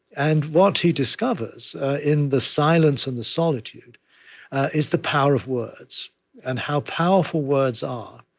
and what he discovers in the silence and the solitude is the power of words and how powerful words are,